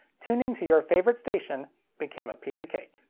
tuning to your favorite station became a piece of cake.